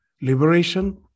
liberation